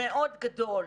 מאוד גדול,